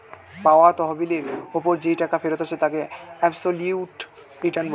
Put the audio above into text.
পাওয়া তহবিলের ওপর যেই টাকা ফেরত আসে তাকে অ্যাবসোলিউট রিটার্ন বলে